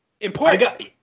important